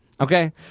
okay